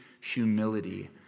humility